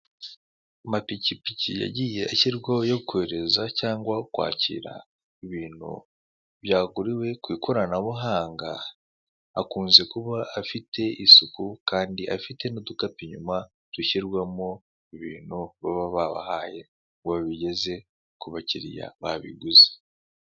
Amapikipiki yagiye ashyirwaho yo kohereza cyangwa kwakira ibintu byaguriwe ku ikoranabuhanga, akunze kuba afite isuku kandi afite n'udukapu inyuma dushyirwamo ibintu baba babahaye ngo babigeze ku bakiriya babiguze.